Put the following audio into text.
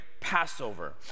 Passover